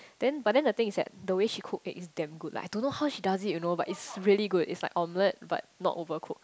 then but then the thing is that the way she cook egg is damn good like I don't know how she does it you know but it's really good it's like omelette but not overcooked